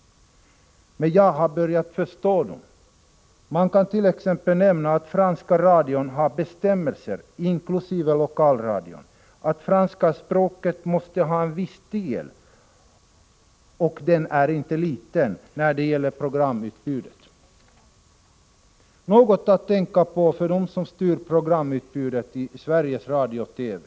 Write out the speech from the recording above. Men jag har börjat förstå dem. Jag kan t.ex. nämna att franska radion, inkl. lokalradion, har bestämmelser om att franska språket måste ha viss andel — och den är inte liten — av programutbudet. Det är något att tänka på för dem som styr programutbudet i Sveriges Radio och TV.